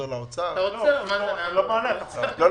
שאינם מעודכנים?